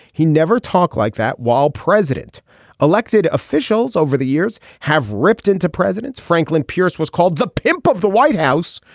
he never talk like that while president elected officials over the years have ripped into presidents franklin pierce was called the pimp of the white house.